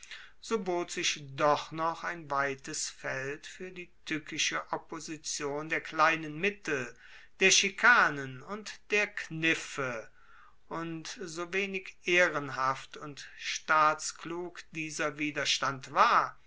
so bot sich doch noch ein weites feld fuer die tueckische opposition der kleinen mittel der schikanen und der kniffe und so wenig ehrenhaft und staatsklug dieser widerstand war